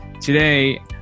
Today